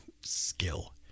skill